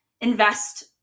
invest